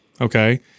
Okay